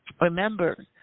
Remember